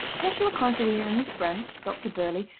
joshua considine and his friend, dr burleigh,